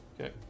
Okay